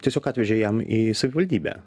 tiesiog atvežė jam į savivaldybę